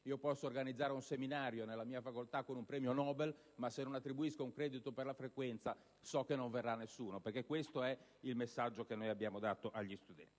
Posso organizzare un seminario nella mia facoltà con un premio Nobel ma, se non attribuisco un credito per la frequenza, so che non verrà nessuno: questo è il messaggio che abbiamo dato agli studenti.